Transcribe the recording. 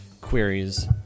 queries